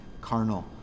carnal